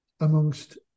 amongst